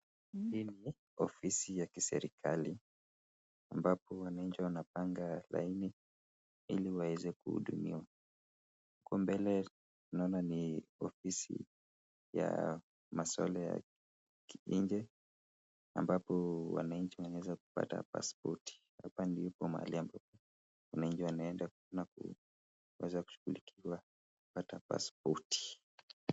Hili ni ofisi ya kiserikali, ambapo wananchi wanapanga laini ili waweze kuhudumiwa. Huko mbele naona ni ofiisi ya masuala ya kinje, ambapo wananchi wanaweza kupata pasipoti. Hapa ndipo mahali ambapo wananchi wanaenda kuona kuweza kushughulikiwa kupata pasipoti.